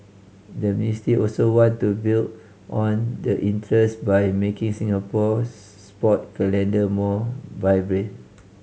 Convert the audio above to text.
the ministry also want to build on the interest by making Singapore's sport calendar more vibrant